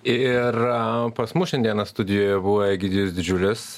ir pas mus šiandieną studijoje buvo egidijus didžiulis